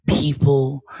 people